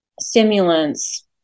stimulants